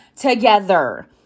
together